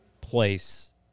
place